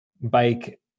bike